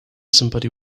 somebody